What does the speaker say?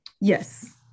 Yes